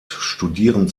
studieren